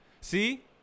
See